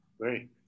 great